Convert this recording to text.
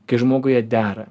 kai žmoguje dera